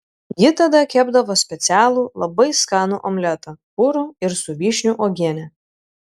ji tada kepdavo specialų labai skanų omletą purų ir su vyšnių uogiene